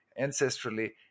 ancestrally